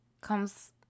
comes